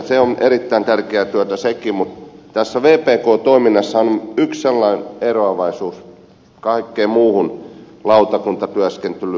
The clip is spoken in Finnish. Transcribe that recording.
se on erittäin tärkeää työtä sekin mutta tässä vpk toiminnassa on yksi sellainen eroavaisuus kaikkeen muuhun lautakuntatyöskentelyyn